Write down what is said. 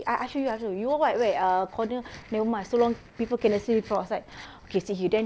I I show you I show you you want want at where uh corner nevermind so long people cannot see from outside okay stay here then